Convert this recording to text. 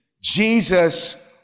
Jesus